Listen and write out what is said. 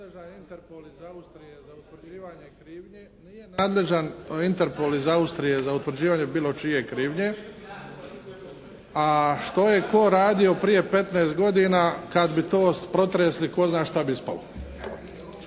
nadležan Interpol iz Austrije za utvrđivanje bilo čije krivnje. A što je tko radio prije 15 godina kad bi to prostresli tko zna šta bi ispalo.